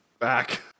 back